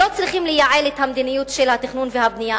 לא צריכים לייעל את המדיניות של התכנון והבנייה,